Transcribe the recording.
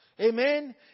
Amen